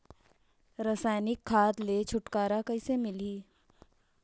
रसायनिक खाद ले छुटकारा कइसे मिलही?